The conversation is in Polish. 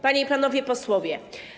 Panie i Panowie Posłowie!